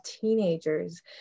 teenagers